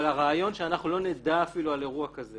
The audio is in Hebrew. אבל הרעיון שאנחנו אפילו לא נדע על אירוע כזה